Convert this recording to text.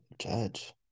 Judge